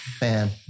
Man